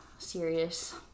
serious